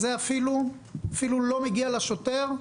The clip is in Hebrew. זה אפילו לא מגיע לשוטר,